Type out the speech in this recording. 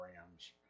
rams